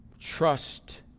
Trust